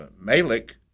Malik